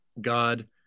God